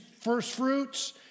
firstfruits